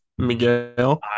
Miguel